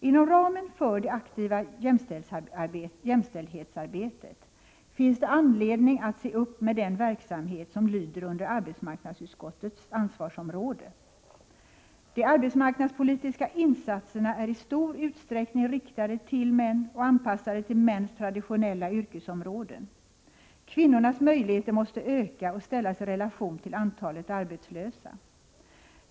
Inom ramen för det aktiva jämställdhetsarbetet finns det anledning att se upp med den verksamhet som lyder under arbetsmarknadsutskottets ansvarsområde. De arbetsmarknadspolitiska insatserna är i stor utsträckning riktade till män och anpassade till mäns traditionella yrkesområden. Kvinnornas möjligheter måste öka och ställas i relation till antalet arbetslösa.